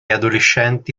adolescenti